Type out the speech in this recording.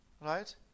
right